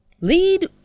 Lead